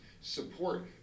support